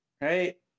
Right